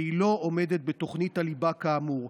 היא לא עומדת בתוכנית הליבה כאמור.